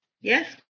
Yes